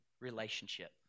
relationship